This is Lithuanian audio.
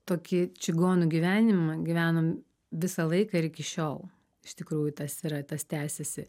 tokį čigonų gyvenimą gyvenom visą laiką ir iki šiol iš tikrųjų tas yra tas tęsiasi